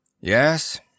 Yes